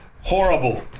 horrible